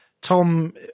Tom